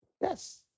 Yes